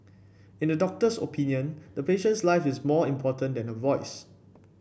in the doctor's opinion the patient's life is more important than her voice